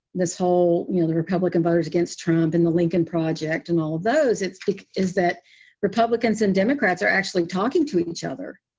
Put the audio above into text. this whole, you know, the republican voters against trump and the lincoln project and all those, it is that republicans and democrats are actually talking to each other.